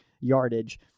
yardage